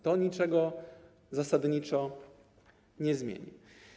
To niczego zasadniczo nie zmieni.